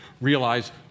realize